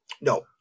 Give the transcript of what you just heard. No